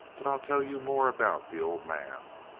but i'll tell you more about the old man.